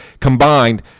Combined